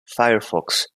firefox